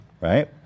right